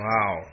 Wow